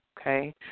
Okay